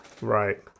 Right